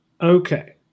Okay